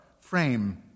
frame